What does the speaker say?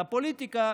לפוליטיקה.